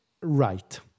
right